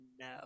no